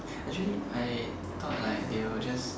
actually I thought like they will just